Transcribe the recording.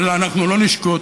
אבל אנחנו לא נשקוט.